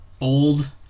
old